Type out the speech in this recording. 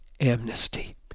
amnesty